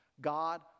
God